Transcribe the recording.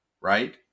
right